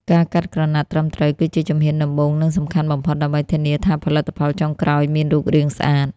ការកាត់ក្រណាត់ត្រឹមត្រូវគឺជាជំហានដំបូង និងសំខាន់បំផុតដើម្បីធានាថាផលិតផលចុងក្រោយមានរូបរាងស្អាត។